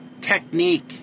Technique